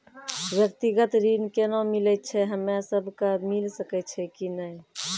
व्यक्तिगत ऋण केना मिलै छै, हम्मे सब कऽ मिल सकै छै कि नै?